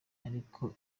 ariko